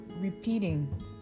repeating